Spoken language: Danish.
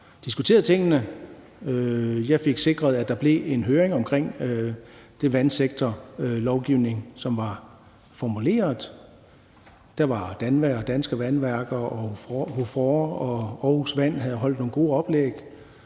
har diskuteret tingene. Jeg fik sikret, at der blev en høring omkring den vandsektorlovgivning, som var formuleret, og der havde DANVA, Danske Vandværker, HOFOR og Aarhus Vand nogle gode oplæg.